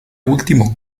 último